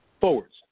forwards